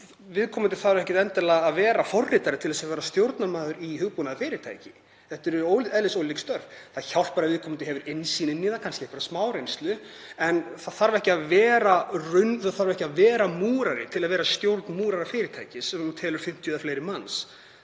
Viðkomandi þarf ekki endilega að vera forritari til að vera stjórnarmaður í hugbúnaðarfyrirtæki. Þetta eru eðlisólík störf. Það hjálpar ef viðkomandi hefur innsýn inn í það, kannski einhverja smáreynslu. En það þarf ekki að vera múrari til að vera í stjórn múrarafyrirtækis sem telur 50 manns